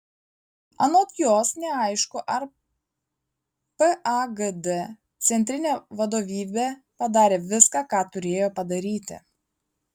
anot jos neaišku ar pagd centrinė vadovybė padarė viską ką turėjo padaryti